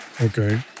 okay